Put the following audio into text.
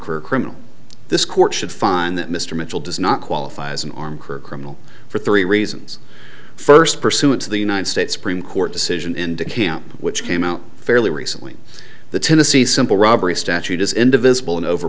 career criminal this court should find that mr mitchell does not qualify as an armed career criminal for three reasons first pursuant to the united states supreme court decision in to him which came out fairly recently the tennessee simple robbery statute is indivisible and over